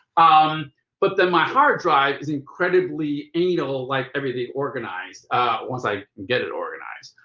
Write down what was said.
um but then my hard drive is incredibly anal, like everything organized once i get it organized.